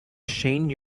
shane